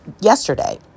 Yesterday